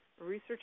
research